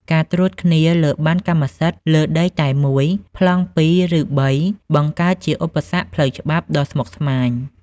ការត្រួតគ្នាលើប័ណ្ណកម្មសិទ្ធិលើដីតែមួយ ប្លង់ពីរ ឬបី បង្កើតជាឧបសគ្គផ្លូវច្បាប់ដ៏ស្មុគស្មាញ។